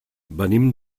venim